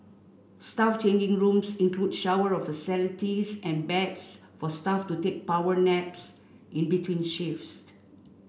staff changing rooms include shower of facilities and beds for staff to take power naps in between shifts